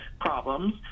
problems